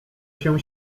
się